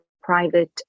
private